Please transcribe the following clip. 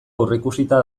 aurreikusita